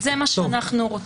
מעולה, זה מה שאנחנו רוצים.